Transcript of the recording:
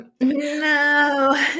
No